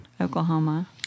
Oklahoma